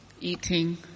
eating